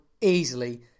easily